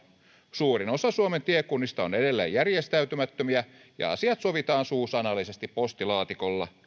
suurin osa suomen tiekunnista on edelleen järjestäytymättömiä ja asiat sovitaan suusanallisesti postilaatikolla